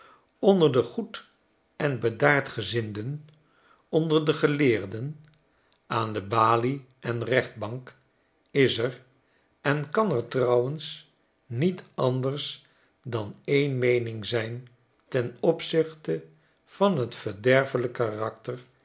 onder de goed en bedaardgezinden onder de geleerden aan de balie en rechtbank is er en kan er trouwens niet anders dan een meening zijn ten opzichte van t verderfelijk karakter